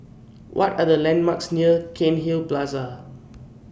What Are The landmarks near Cairnhill Plaza